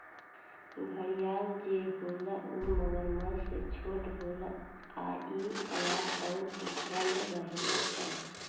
घड़ियाल जे होला उ मगरमच्छ से छोट होला आ इ तालाब अउर पोखरा में रहेले सन